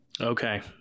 okay